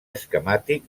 esquemàtic